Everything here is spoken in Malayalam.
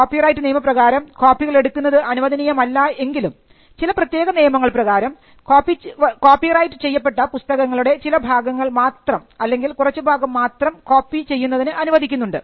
കോപ്പിറൈറ്റ് നിയമപ്രകാരം കോപ്പികൾ എടുക്കുന്നത് അനുവദനീയമല്ല എങ്കിലും ചില പ്രത്യേക നിയമങ്ങൾ പ്രകാരം കോപ്പിറൈറ്റ് ചെയ്യപ്പെട്ട പുസ്തകങ്ങളുടെ ചില ഭാഗങ്ങൾ മാത്രം അല്ലെങ്കിൽ കുറച്ചു ഭാഗം മാത്രം കോപ്പി ചെയ്യുന്നതിന് അനുവദിക്കുന്നുണ്ട്